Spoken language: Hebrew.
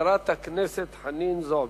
חברת הכנסת חנין זועבי.